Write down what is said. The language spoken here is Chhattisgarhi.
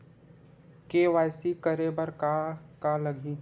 के.वाई.सी करे बर का का लगही?